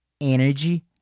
energy